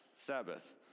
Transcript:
Sabbath